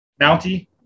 Mountie